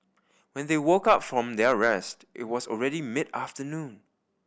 when they woke up from their rest it was already mid afternoon